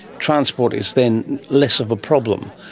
transport is then less of a problem.